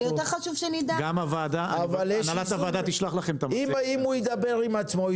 אם הוא ידבר על עצמו,